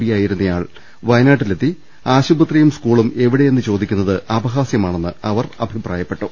പിയായിരുന്ന ആൾ വയനാട്ടിലെത്തി ആശുപ ത്രിയും സ്കൂളും എവിടെ എന്നു ചോദിക്കുന്നത് അപഹാസ്യമാണെന്ന് അവർ അഭിപ്രായപ്പെട്ടു